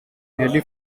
nearly